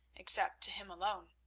except to him alone.